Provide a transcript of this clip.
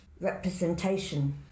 representation